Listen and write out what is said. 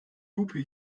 lupe